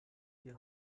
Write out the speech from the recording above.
die